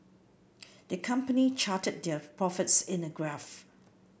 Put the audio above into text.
the company charted their profits in a graph